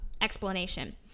explanation